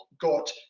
got